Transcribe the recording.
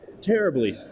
terribly